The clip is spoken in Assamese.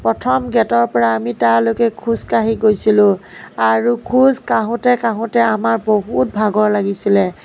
প্ৰথম গেটৰ পৰা আমি তালৈকে খোজকাঢ়ি গৈছিলোঁ আৰু খোজ কাঢ়োতে কাঢ়োতে আমাৰ বহুত ভাগৰ লাগিছিলে